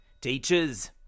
Teachers